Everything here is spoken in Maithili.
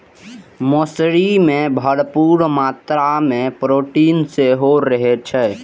मौसरी मे भरपूर मात्रा मे प्रोटीन सेहो रहै छै